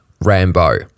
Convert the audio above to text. Rambo